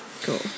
Cool